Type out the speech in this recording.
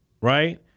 Right